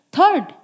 Third